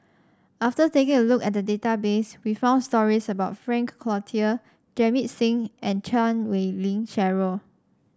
after taking a look at the database we found stories about Frank Cloutier Jamit Singh and Chan Wei Ling Cheryl